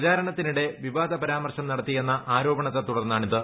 പ്രചരണ ത്തിനിടെ വിവാദ പരാമർശം നടത്തിയെന്ന ആരോപണത്തെ തുടർന്നാണിത്